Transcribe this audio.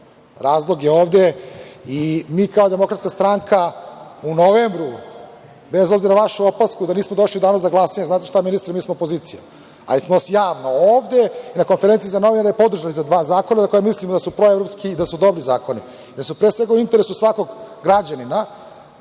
razdoblje ovde i mi kao DS u novembru, bez obzira na vašu opasku da nismo došli u danu za glasanje, znate šta ministre, mi smo opozicija, ali smo vas javno ovde i na konferenciji za novinare podržali za dva zakona za koje mislimo da su proevropski i da su dobri zakoni, da su pre svega u interesu svakog građanina.